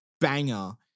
banger